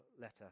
letter